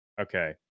okay